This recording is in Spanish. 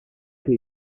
que